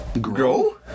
grow